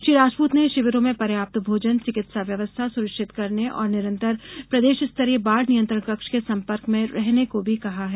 श्री राजपूत ने शिविरों में पर्याप्त भोजन चिकित्सा व्यवस्था सुनिश्चित करने और निरंतर प्रदेश स्तरीय बाढ़ नियंत्रण कक्ष के संपर्क में रहने को भी कहा है